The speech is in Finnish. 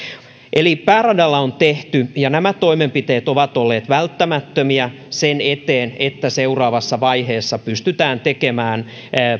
eli pääradalla on tehty nämä toimenpiteet ovat olleet välttämättömiä sen eteen että seuraavassa vaiheessa pystytään tekemään